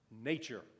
nature